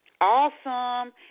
Awesome